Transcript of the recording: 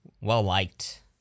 well-liked